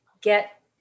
get